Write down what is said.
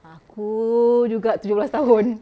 aku juga tujuh belas tahun